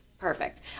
Perfect